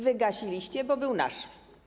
Wygasiliście, bo był nasz.